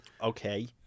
Okay